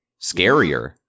Scarier